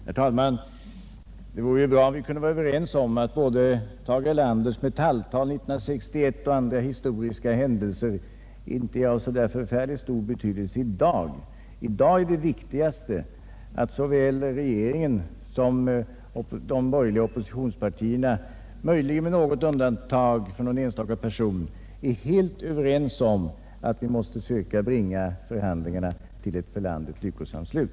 Herr talman! Det vore ju bra om vi kunde vara överens om att både Tage Frlanders Metalltal är 1961 och andra historiska händelser inte är av så stor betydelse i dag. Nu är det viktigaste att såväl regeringen som de borgerliga oppositionspartierna, möjligen med undantag för någon enstaka person, är helt överens om att vi mäste försöka bringa förhandlingarna till ett för landet lyckosamt slut.